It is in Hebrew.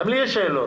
גם לי יש שאלות.